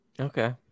Okay